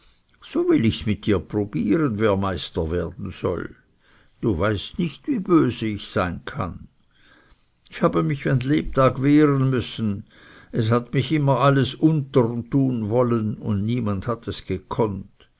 so will ichs mit dir probieren wer meister werden soll du weißt nicht wie bös ich sein kann ich habe mich mein lebtag wehren müssen es hat mich immer alles unterntun wollen und niemand hat es gekonnt